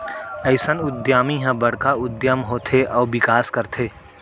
अइसन उद्यमी ह बड़का उद्यम होथे अउ बिकास करथे